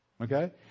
Okay